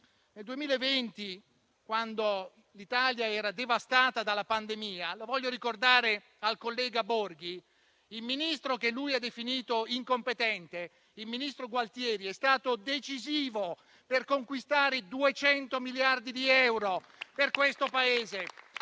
Nel 2020, quando l'Italia era devastata dalla pandemia - lo voglio ricordare al collega Borghi - il ministro Gualtieri, che lui ha definito incompetente, è stato decisivo per conquistare 200 miliardi di euro per questo Paese.